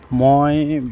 মই